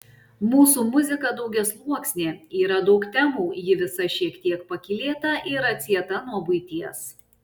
mūsų muzika daugiasluoksnė yra daug temų ji visa šiek tiek pakylėta ir atsieta nuo buities